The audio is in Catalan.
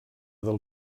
del